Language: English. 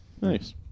Nice